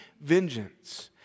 vengeance